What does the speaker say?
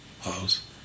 house